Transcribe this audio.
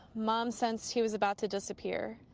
mom sensed he was about to disappear.